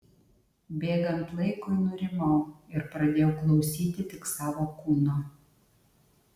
bėgant laikui nurimau ir pradėjau klausyti tik savo kūno